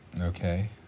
Okay